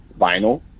vinyl